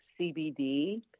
CBD